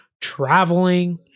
traveling